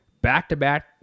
Back-to-back